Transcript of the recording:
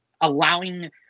allowing